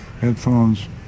headphones